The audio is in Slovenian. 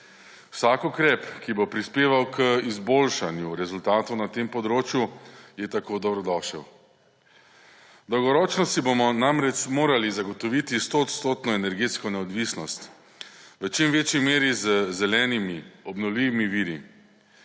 Vsak ukrep, ki bo prispeval k izboljšanju rezultatov na tem področju, je tako dobrodošel. Dolgoročno si bomo namreč morali zagotoviti 100 % energetsko neodvisnost, v čim večji meri z zelenimi obnovljivimi viri.